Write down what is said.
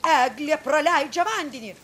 eglė praleidžia vandenį